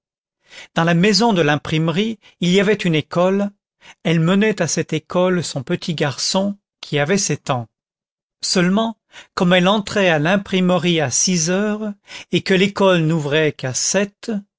dans la maison de l'imprimerie il y avait une école elle menait à cette école son petit garçon qui avait sept ans seulement comme elle entrait à l'imprimerie à six heures et que l'école n'ouvrait qu'à sept